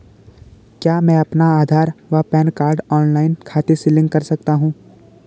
क्या मैं अपना आधार व पैन कार्ड ऑनलाइन खाते से लिंक कर सकता हूँ?